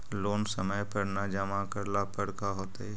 Loan समय पर न जमा करला पर का होतइ?